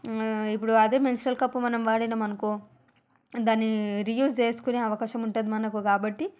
ఇప్పుడు అదే menstrual cup మనం వాడినాం అనుకో దాన్నీ రీయూజ్ చేసుకొనే అవకాశం ఉంటుంది మనకు కాబట్టి